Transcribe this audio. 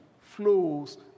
flows